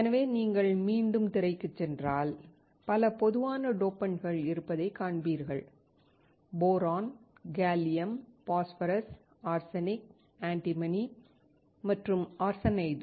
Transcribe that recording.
எனவே நீங்கள் மீண்டும் திரைக்குச் சென்றால் பல பொதுவான டோபன்ட்கள் இருப்பதைக் காண்பீர்கள் boron gallium phosphorus arsenic antimony மற்றும் ஆர்சனைடு